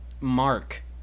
Mark